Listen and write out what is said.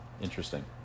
interesting